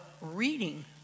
reading